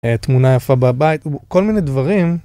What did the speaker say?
תמונה יפה בבית וכל מיני דברים